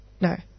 no